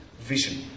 vision